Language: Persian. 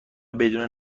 بدون